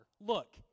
Look